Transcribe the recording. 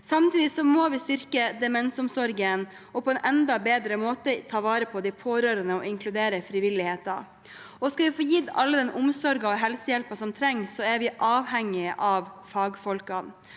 Samtidig må vi styrke demensomsorgen, ta vare på de pårørende på en enda bedre måte og inkludere frivilligheten. Skal vi få gitt alle den omsorgen og helsehjelpen som trengs, er vi avhengig av fagfolkene.